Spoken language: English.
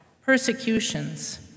persecutions